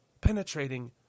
penetrating